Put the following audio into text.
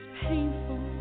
painful